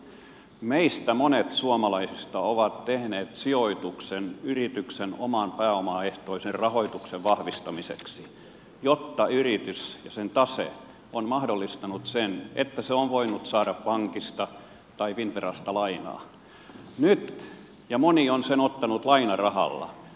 monet meistä suomalaisista ovat tehneet sijoituksen yrityksen oman pääomaehtoisen rahoituksen vahvistamiseksi jotta yritys sen tase on mahdollistanut sen että se on voinut saada pankista tai finnverasta lainaa ja moni on sen ottanut lainarahalla